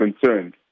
concerned